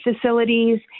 facilities